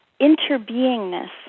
interbeingness